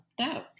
no